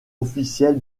officiel